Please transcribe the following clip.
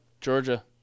Georgia